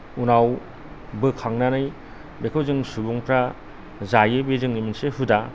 उनाव बोखांनानै बेखौ जों सुबुंफ्रा जायो बे जोंनि मोनसे हुदा